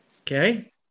Okay